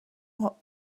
what